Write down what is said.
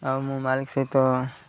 ଆଉ ମୁଁ ମାଲିକ ସହିତ